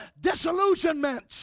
disillusionment